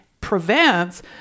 prevents